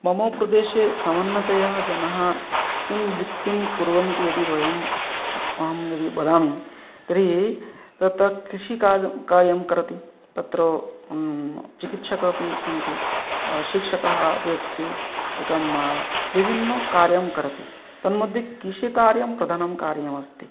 मम प्रदेशे सामान्यतया जनाः किं वृत्तिं कुर्वन्ति यदि वयं अहं यदि वदामि तर्हि तत्र कृषिकाजं कार्यं करोति तत्र चिकित्सका अपि सन्ति शिक्षकः अपि अस्ति एकं विभिन्नकार्यं कोरति तन्मध्ये कृषिकार्यं प्रधानम् कार्यमस्ति